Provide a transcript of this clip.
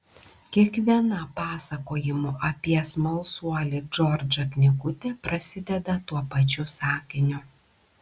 kiekviena pasakojimų apie smalsuolį džordžą knygutė prasideda tuo pačiu sakiniu